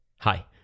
Hi